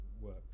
work